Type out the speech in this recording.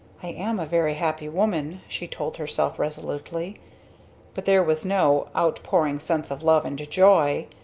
i am a very happy woman, she told herself resolutely but there was no outpouring sense of love and joy.